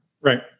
Right